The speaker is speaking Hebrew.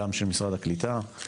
גם של משרד הקליטה,